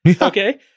Okay